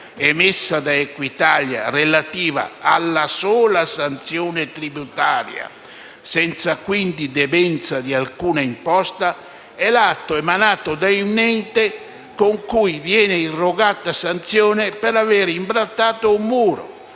emessa da Equitalia, relativa alla sola sanzione tributaria, senza quindi debenza di alcuna imposta, e l'atto emanato da un ente con cui viene irrogata una sanzione per aver imbrattato un muro